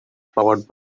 powered